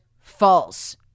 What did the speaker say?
false